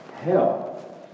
hell